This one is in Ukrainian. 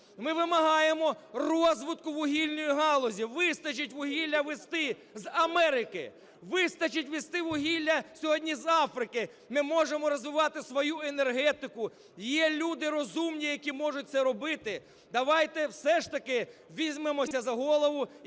Ми вимагаємо розвитку вугільної галузі. Вистачить вугілля везти з Америки. Вистачить везти вугілля сьогодні з Африки. Ми можемо розвивати свою енергетику. Є люди розумні, які можуть це робити. Давайте все ж таки візьмемося за голову